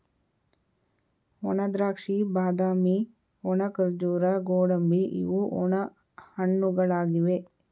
ಒಣದ್ರಾಕ್ಷಿ, ಬಾದಾಮಿ, ಒಣ ಖರ್ಜೂರ, ಗೋಡಂಬಿ ಇವು ಒಣ ಹಣ್ಣುಗಳಾಗಿವೆ